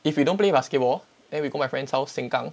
if you don't play basketball then we go my friend's house sengkang